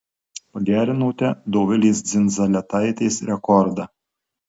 pagerinote dovilės dzindzaletaitės rekordą